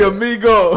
Amigo